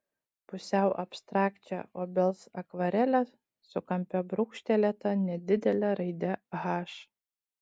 pusiau abstrakčią obels akvarelę su kampe brūkštelėta nedidele raide h